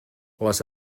les